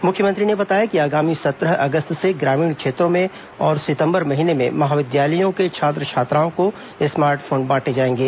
मुख्यमंत्री ने बताया कि आगामी सत्रह अगस्त से ग्रामीण क्षेत्रों में और सितंबर महीने में महाविद्यालयों के छात्र छात्राओं को स्मार्ट फोन बांटे जाएंगे